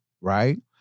Right